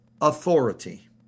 authority